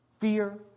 fear